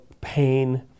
pain